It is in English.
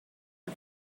are